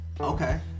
Okay